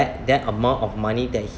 that amount of money that he